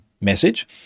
message